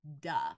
duh